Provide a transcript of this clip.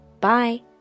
Bye